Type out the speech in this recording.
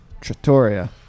Trattoria